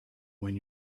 when